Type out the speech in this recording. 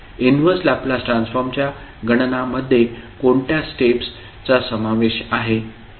inverse Laplace ट्रान्सफॉर्मच्या गणनामध्ये कोणत्या स्टेप्स चा समावेश आहे